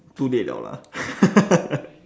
too late [liao] lah